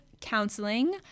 counseling